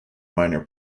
minor